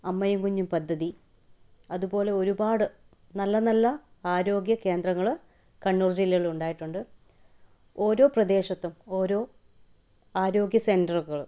അമ്മയും കുഞ്ഞും പദ്ധതി അതുപോലെ ഒരുപാട് നല്ല നല്ല ആരോഗ്യകേന്ദ്രങ്ങൾ കണ്ണൂർ ജില്ലയിൽ ഉണ്ടായിട്ടുണ്ട് ഓരോ പ്രദേശത്തും ഓരോ ആരോഗ്യ സെന്ററുകൾ